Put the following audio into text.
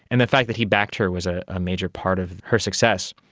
and the fact that he backed her was a ah major part of her success.